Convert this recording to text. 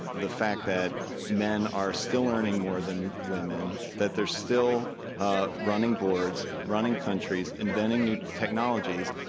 the fact that men are still earning more than women, that they're still ah running boards, running countries, inventing new technologies,